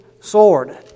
sword